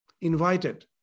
invited